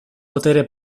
botere